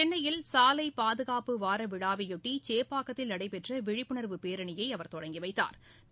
சென்னையில் சாலை பாதுகாப்பு வார விழாவையொட்டி சேப்பாக்கத்தில் நடைபெற்ற விழிப்புணர்வு பேரணியை தொடங்கி வைத்தாா்